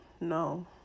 no